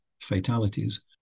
fatalities